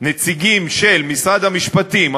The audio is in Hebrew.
נציגים של משרד המשפטים,